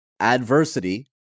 Adversity